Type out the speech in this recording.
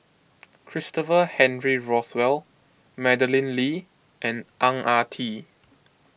Christopher Henry Rothwell Madeleine Lee and Ang Ah Tee